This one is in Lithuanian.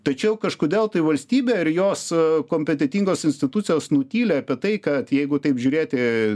tačiau kažkodėl tai valstybė ir jos kompetentingos institucijos nutyli apie tai kad jeigu taip žiūrėti